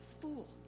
fool